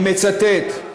אני מצטט: